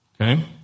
Okay